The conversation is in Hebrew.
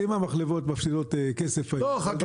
אם המחלבות מפסידות כסף --- לא,